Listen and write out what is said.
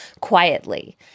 quietly